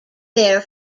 there